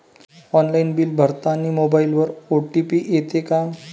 Online bill भरतानी मोबाईलवर OTP येते का?